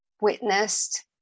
witnessed